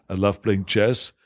i love playing chess,